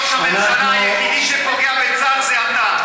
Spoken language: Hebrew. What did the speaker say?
אדוני ראש הממשלה, היחיד שפוגע בצה"ל זה אתה.